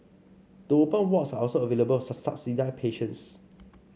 the open wards are also available for subsidised patients